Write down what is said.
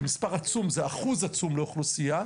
זה מספר עצום, זה אחוז עצום לאוכלוסייה.